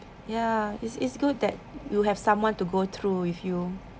ya it's it's good that you have someone to go through with you